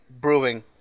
Brewing